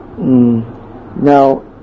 Now